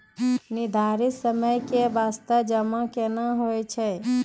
निर्धारित समय के बास्ते जमा केना होय छै?